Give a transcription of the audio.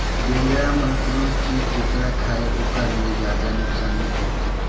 बेंदरा मन कोनो चीज जेतना खायें ओखर ले जादा नुकसानी करथे